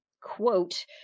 quote